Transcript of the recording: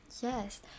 Yes